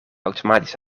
automatisch